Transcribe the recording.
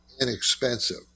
inexpensive